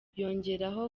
yongeraho